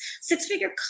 six-figure